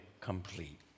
complete